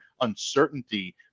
uncertainty